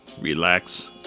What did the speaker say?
relax